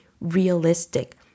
realistic